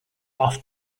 off